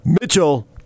Mitchell